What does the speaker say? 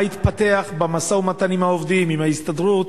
התפתח במשא-ומתן עם העובדים ועם ההסתדרות?